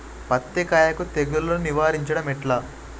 పత్తి కాయకు తెగుళ్లను నివారించడం ఎట్లా?